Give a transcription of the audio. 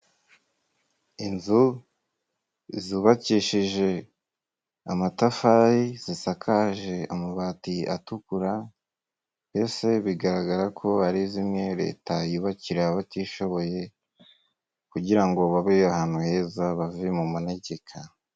Inzu zubakishije amatafari, zisakaje amabati atukura, ese bigaragara ko ari zimwe Leta yubakira abatishoboye kugira ngo babe ahantu heza bave mu manegeka.